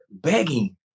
begging